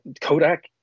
Kodak